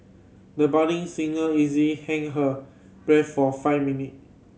the budding singer easily held her breath for five minute